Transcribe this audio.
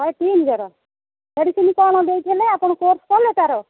ଶହେ ତିନି ଜ୍ୱର ମେଡ଼ିସିନ୍ କ'ଣ ଦେଇଥିଲେ ଆପଣ କୋର୍ସ୍ କଲେ ତା'ର